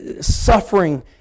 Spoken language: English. Suffering